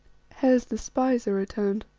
hes, the spies are returned.